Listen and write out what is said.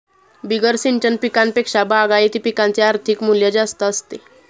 बिगर सिंचन पिकांपेक्षा बागायती पिकांचे आर्थिक मूल्य जास्त असते